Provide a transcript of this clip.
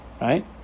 Right